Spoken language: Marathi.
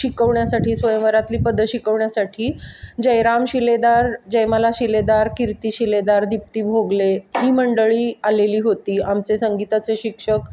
शिकवण्यासाठी स्वयंवरातली पदं शिकवण्यासाठी जयराम शिलेदार जयमाला शिलेदार कीर्ती शिलेदार दीप्ती भोगले ही मंडळी आलेली होती आमचे संगीताचे शिक्षक